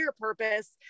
purpose